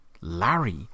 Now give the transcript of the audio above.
Larry